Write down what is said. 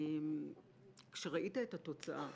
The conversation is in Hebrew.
כשראית את התוצאה,